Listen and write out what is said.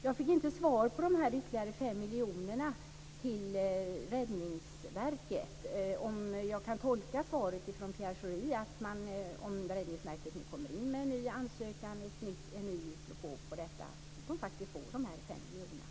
Jag fick inte svar på frågan om de ytterligare 5 miljonerna till Räddningsverket. Kan jag tolka svaret från Pierre Schori så att om Räddningsverket nu kommer in med en ny ansökan och en ny propå om detta så får det faktiskt dessa 5 miljoner?